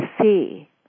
see